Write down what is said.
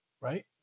right